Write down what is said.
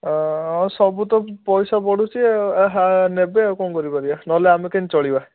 ସବୁ ତ ପଇସା ବଢ଼ୁଛି ଆଉ ଆହା ନେବେ ଆଉ କ'ଣ କରିପାରିବା ନହେଲେ ଆମେ କେମିତି ଚଳିବା